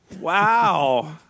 Wow